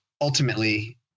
ultimately